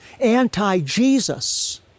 anti-Jesus